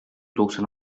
doksan